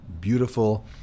beautiful